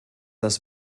das